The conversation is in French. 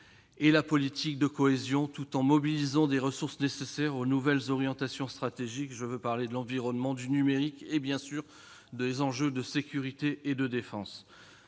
et la politique de cohésion -, tout en mobilisant les ressources nécessaires aux nouvelles orientations stratégiques : je veux parler de l'environnement, du numérique et, bien sûr, des enjeux de sécurité et de défense.